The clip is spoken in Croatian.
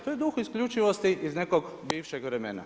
To je duh isključivosti iz nekog bivšeg vremena.